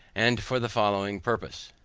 and for the following purpose.